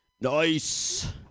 nice